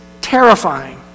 terrifying